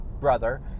brother